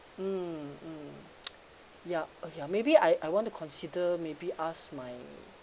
mm mm yup okay ah maybe I I want to consider maybe ask my